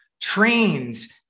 trains